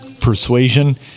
persuasion